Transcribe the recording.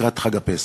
לקראת חג הפסח.